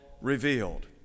revealed